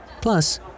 Plus